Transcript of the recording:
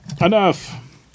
Enough